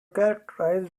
characterised